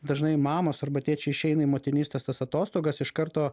dažnai mamos arba tėčiai išeina į motinystės tas atostogas iš karto